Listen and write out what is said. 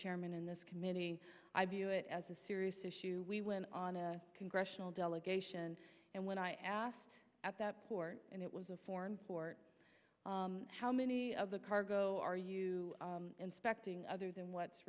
chairman in this committee i view it as a serious issue we went on a congressional delegation and when i asked at that port and it was a foreign port how many of the cargo are you inspecting other than what's